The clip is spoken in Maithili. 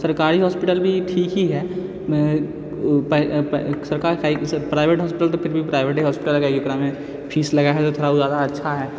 सरकारी हॉस्पिटल भी ठीक ही हइ प्राइवेट हॉस्पिटल तो फिर भी प्राइवेटे हॉस्पिटल हइ ओकरामे फीस लागै हइ तऽ थोड़ा ओ अच्छा हइ